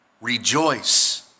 rejoice